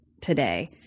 today